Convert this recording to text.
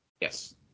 Yes